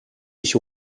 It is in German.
ich